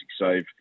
save